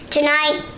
Tonight